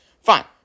Fine